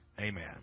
Amen